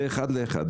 זה אחד לאחד.